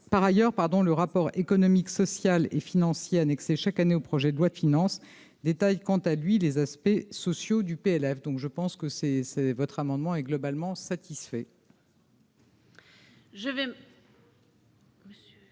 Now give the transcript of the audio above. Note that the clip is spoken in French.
par ailleurs, pardon, le rapport économique, social et financier annexé chaque année au projet de loi de finances détails quant à lui les aspects sociaux du PLF, donc je pense que c'est c'est votre amendement est globalement satisfait.